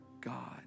God